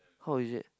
how is it